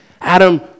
Adam